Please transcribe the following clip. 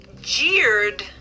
jeered